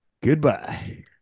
Goodbye